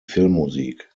filmmusik